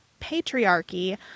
patriarchy